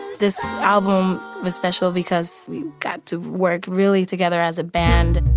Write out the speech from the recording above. this album was special because we got to work, really, together as a band